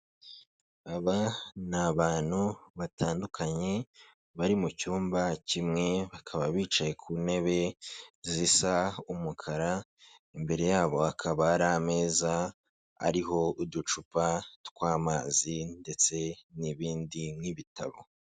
Aba ni abantu batandukanye bari mu cyumba kimwe, bakaba bicaye ku ntebe zisa umukara, imbere yabo hakaba hari ameza ariho uducupa tw'amazi ndetse n'ibindi nk'ibitabo.